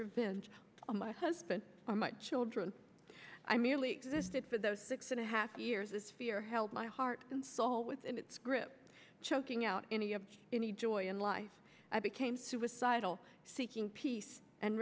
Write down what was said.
revenge on my husband or my children i merely existed for those six and a half years as fear held my heart and soul within its grip choking out any of any joy in life i became suicidal seeking peace and